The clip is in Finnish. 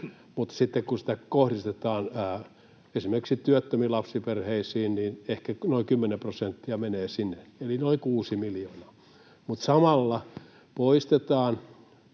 mutta sitten kun kohdistetaan esimerkiksi työttömiin lapsiperheisiin, niin ehkä noin kymmenen prosenttia menee sinne, eli noin kuusi miljoonaa, mutta samalla poistetaan